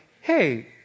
hey